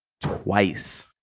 twice